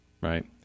Right